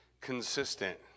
consistent